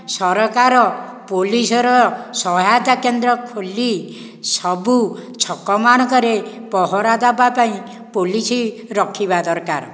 ସରକାର ପୋଲିସର ସହାୟତା କେନ୍ଦ୍ର ଖୋଲି ସବୁ ଛକ ମାନଙ୍କରେ ପହରା ଦେବା ପାଇଁ ପୋଲିସ ରଖିବା ଦରକାର